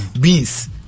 beans